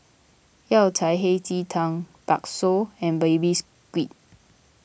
Yao Cai Hei Ji Tang Bakso and Baby Squid